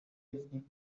evening